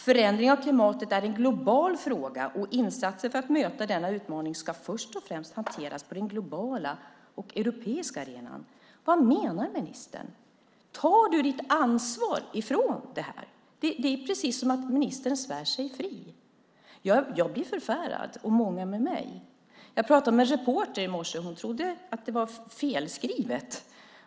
Förändring av klimatet är en global fråga och insatser för att möta denna utmaning ska först och främst hanteras på den globala och europeiska arenan." Vad menar ministern? Tar du inte ditt ansvar för det här? Det är precis som om ministern svär sig fri. Jag blir förfärad, och många med mig. Jag pratade med en reporter i morse. Hon trodde att det var felskrivet.